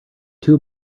two